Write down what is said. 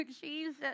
Jesus